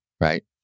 Right